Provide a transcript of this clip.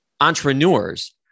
entrepreneurs